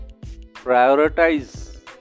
prioritize